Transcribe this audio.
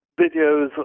videos